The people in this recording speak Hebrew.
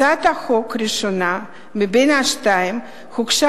הצעת החוק הראשונה מבין השתיים הוגשה